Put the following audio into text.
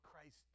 Christ